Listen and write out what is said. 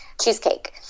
cheesecake